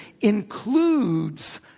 includes